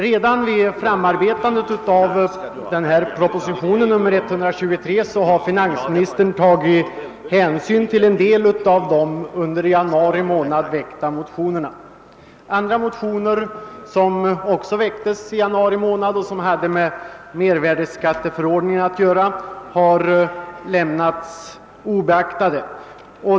Redan vid utarbetandet av denna proposition har finansministern tagit hänsyn till en del av de under januari månad väckta motionerna. Andra motioner, som också väcktes i januari månad och som behandlade mervärdeskatteförordningen, har lämnats obeaktade.